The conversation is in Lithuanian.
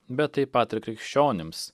bet taip pat ir krikščionims